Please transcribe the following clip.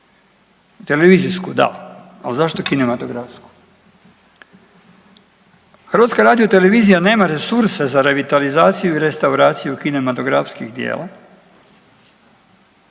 Televizijsku da. Ali zašto kinematografsku? Hrvatska radiotelevizija nema resursa za revitalizaciju i restauraciju kinematografskih djela,